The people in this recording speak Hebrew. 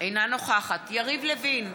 אינה נוכחת יריב לוין,